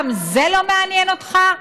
גם זה לא מעניין אותך?